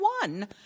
one